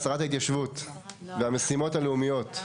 שרת ההתיישבות והמשימות הלאומיות?